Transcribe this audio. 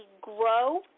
grow